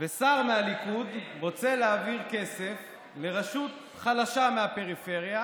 וששר מהליכוד רוצה להעביר כסף לרשות חלשה מהפריפריה